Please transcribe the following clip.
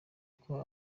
uko